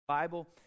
Bible